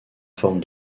forme